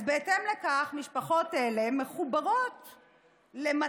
אז בהתאם לכך משפחות אלה מחוברות למת"ם,